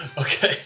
Okay